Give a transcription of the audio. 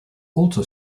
also